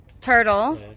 Turtle